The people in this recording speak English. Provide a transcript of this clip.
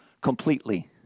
completely